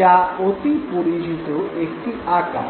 যা অতি পরিচিত একটি আকার